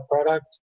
product